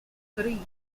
three